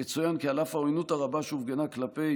יצוין כי על אף העוינות הרבה שהופגנה כלפי